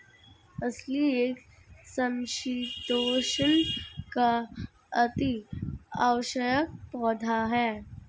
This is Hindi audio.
अलसी एक समशीतोष्ण का अति आवश्यक पौधा है